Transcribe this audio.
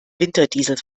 winterdiesel